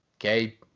Okay